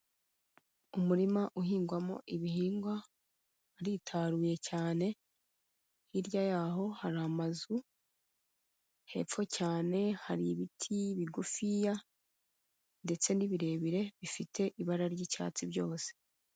Umurima uhingwamo ibihingwa, uritaruye cyane. Hirya y'aho hari amazu, hepfo cyane hari ibiti bigufiya ndetse n'ibirebire bifite ibara ry'icyatsi byose.